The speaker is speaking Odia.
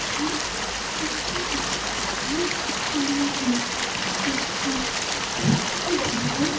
ସ୍ୱାସ୍ଥ୍ୟ କଲ୍ୟାଣ କାର୍ଡ୍ ଅନ୍ୟତମ ଏହି କାର୍ଡ ପ୍ରତ୍ୟେକ ଘରକୁ